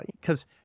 because-